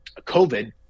COVID